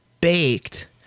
baked